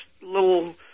little